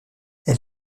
elle